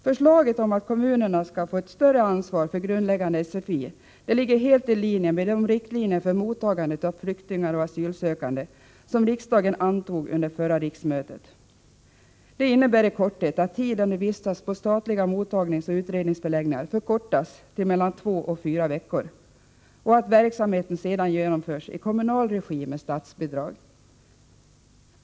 Förslaget om att kommunerna skall få ett större ansvar för grundläggande SFI ligger helt i linje med de riktlinjer för mottagandet av flyktingar och asylsökande som riksdagen antog under förra riksmötet. Det innebär i korthet att tiden de vistas på statliga mottagningsoch utredningsförläggningar förkortas till mellan två och fyra veckor och att verksamheten sedan genomförs i kommunal regi med statsbidrag.